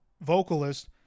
vocalist